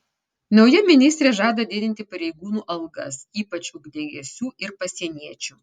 nauja ministrė žada didinti pareigūnų algas ypač ugniagesių ir pasieniečių